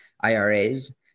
IRAs